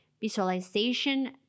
visualization